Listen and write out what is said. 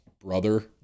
brother